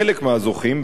חלק מהזוכים,